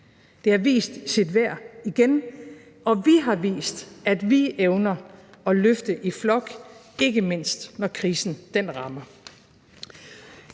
Det har vist sit værd igen, og vi har vist, at vi evner at løfte i flok, ikke mindst når krisen rammer.